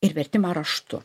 ir vertimą raštu